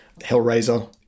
Hellraiser